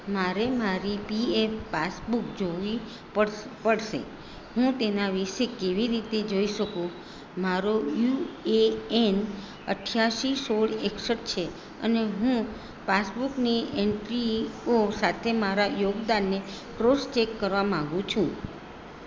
મારે મારી PF passbook જોવી પડશે હું તેના વિશે કેવી રીતે જોઈ શકું મારો યુએએન ઈઠ્યાસી સોળ એકસઠ છે અને હું પાસબુકની એન્ટ્રીઓ સાથે મારા યોગદાનને ક્રોસ ચેક કરવા માંગુ છું